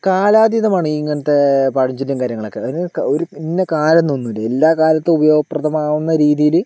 കാലാതീതമാണ് ഇങ്ങനത്തെ പഴഞ്ചൊല്ലും കാര്യങ്ങളൊക്കെ അത് ഒരു ഇന്ന കാലം എന്നൊന്നുമില്ല എല്ലാ കാലത്തും ഉപയോഗപ്രദമാകുന്ന രീതിൽ